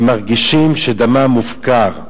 הם מרגישים שדמם מופקר.